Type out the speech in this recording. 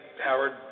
Howard